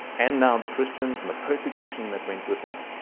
and now the christians and the persecution that went with that,